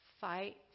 fight